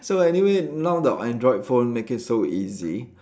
so anyway now the android phone make it so easy